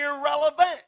irrelevant